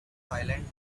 silent